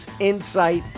insight